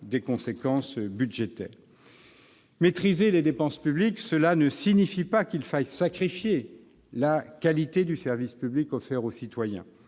des conséquences budgétaires. Maîtriser les dépenses publiques ne signifie pas qu'il faille sacrifier la qualité du service public offert aux citoyens.